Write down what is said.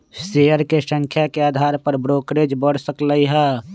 share के संख्या के अधार पर ब्रोकरेज बड़ सकलई ह